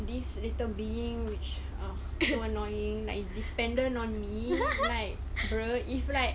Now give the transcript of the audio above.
these little being which are so annoying like it's dependent on me like bro if like